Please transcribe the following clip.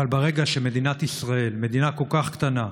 אבל ברגע שמדינת ישראל, מדינה כל כך קטנה,